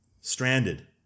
Stranded